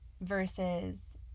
versus